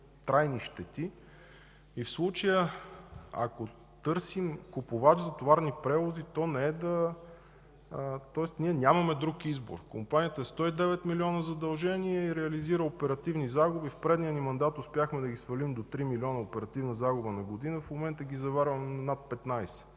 трайни щети. В случая търсим купувач за „Товарни превози”, защото нямаме друг избор. Компанията е със 109 милиона задължения и реализира оперативни загуби. В предния ни мандат успяхме да ги свалим до 3 милиона оперативна загуба на година, в момента ги заварваме на над